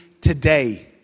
today